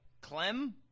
Clem